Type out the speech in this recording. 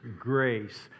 grace